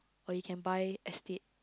or you can buy estate